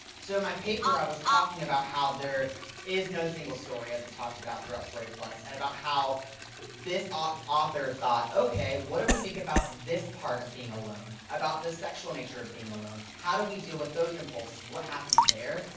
so in my paper, i was talking about how there is no single story as we talked about throughout story and about how this author author thought, okay, what do we think about this part of being alone about the sexual nature of being alone? how do we deal with those impulses what happens there?